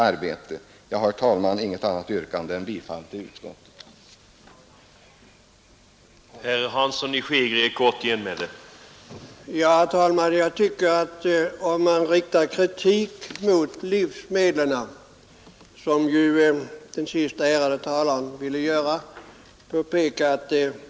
Jag har, herr talman, inget annat yrkande än om bifall till utskottets hemställan.